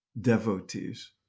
devotees